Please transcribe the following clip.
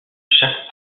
chaque